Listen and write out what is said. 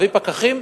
להביא פקחים,